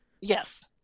Yes